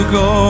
go